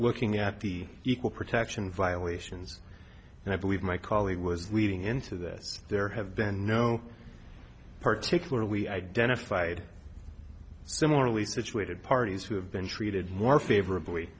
looking at the equal protection violations and i believe my colleague was leading into this there have been no particularly identified similarly situated parties who have been treated more favorably